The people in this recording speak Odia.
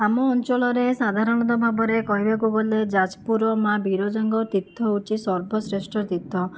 ଆମ ଅଞ୍ଚଳରେ ସାଧାରଣତଃ ଭାବରେ କହିବାକୁ ଗଲେ ଯାଜପୁରର ମା ବିରଜାଙ୍କ ତୀର୍ଥ ହେଉଛି ସର୍ବ ଶ୍ରେଷ୍ଠ ତୀର୍ଥ